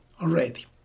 already